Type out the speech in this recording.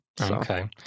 Okay